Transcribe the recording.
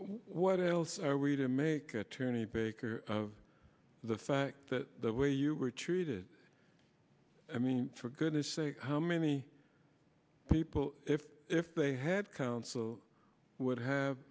what else are we to make attorney baker of the fact that the way you were treated i mean for goodness sake how many people if they had counsel would have